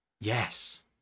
yes